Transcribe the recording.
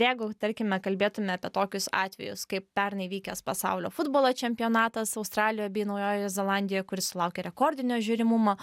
jeigu tarkime kalbėtume apie tokius atvejus kaip pernai vykęs pasaulio futbolo čempionatas australije bei naujojoje zelandije kuris sulaukė rekordinio žiūrimumo